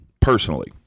personally